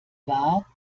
wahr